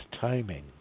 timing